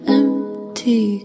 empty